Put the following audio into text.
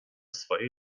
swojej